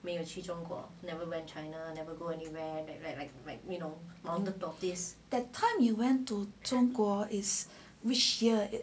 that time you went to 中国 is which year